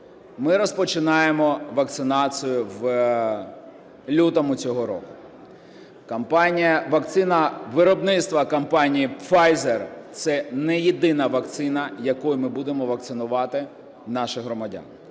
ми розпочинаємо вакцинацію в лютому цього року. Вакцина виробництва компанії Pfizer – це не єдина вакцина, якою ми будемо вакцинувати наших громадян.